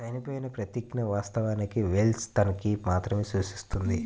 చనిపోయిన ప్రతిజ్ఞ, వాస్తవానికి వెల్ష్ తనఖాని మాత్రమే సూచిస్తుంది